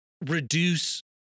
reduce